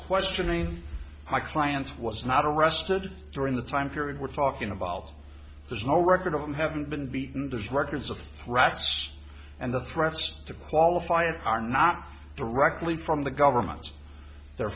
questioning my clients was not arrested during the time period we're talking about there's no record of them haven't been beaten there's records of threats and the threats to qualify it are not directly from the governments they're